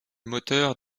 moteur